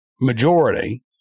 majority